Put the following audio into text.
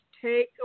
Take